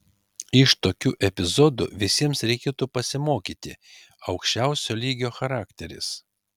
iš tokių epizodų visiems reikėtų pasimokyti aukščiausio lygio charakteris